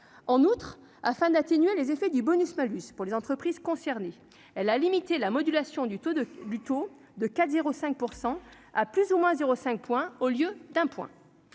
en outre, afin d'atténuer les effets du bonus malus pour les entreprises concernées, elle a limité la modulation du taux de du taux de 4 0 5 %% à plus ou moins 0 5 point au lieu d'un point,